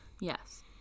Yes